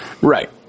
right